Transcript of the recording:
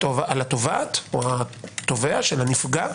התובע של הנפגע?